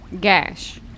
gash